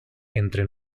entre